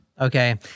Okay